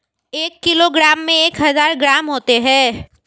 एक किलोग्राम में एक हज़ार ग्राम होते हैं